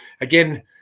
again